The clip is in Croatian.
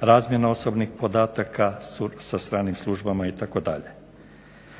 razmjena osobnih podataka sa stranim službama itd.